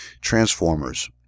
transformers